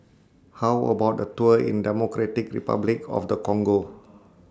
How about A Tour in Democratic Republic of The Congo